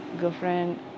girlfriend